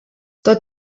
tot